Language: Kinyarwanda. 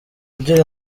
ugira